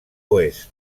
oest